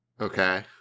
Okay